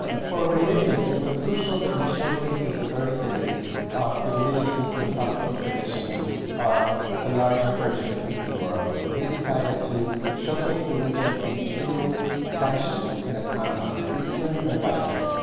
for religion, it was crucial that we showcase the diversity of the religious and philosophical traditions of the larger persian-speaking world. we decided to showcase the region in and two sections in a timeline eastern and western.